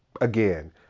Again